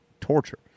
torture